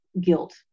guilt